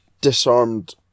disarmed